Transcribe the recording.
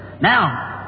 Now